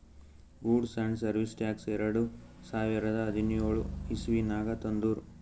goods and service tax ಎರಡು ಸಾವಿರದ ಹದಿನ್ಯೋಳ್ ಇಸವಿನಾಗ್ ತಂದುರ್